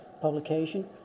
publication